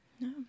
No